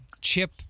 chip